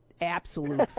absolute